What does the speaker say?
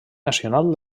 nacional